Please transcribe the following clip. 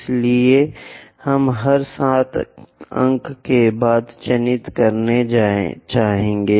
इसलिए हम हर 7 अंक के बाद चिन्हित करना चाहेंगे